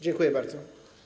Dziękuję bardzo.